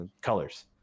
colors